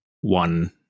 one